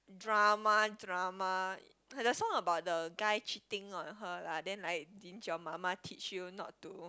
drama drama her the song about the guy cheating on her lah then like didn't your mama teach you not to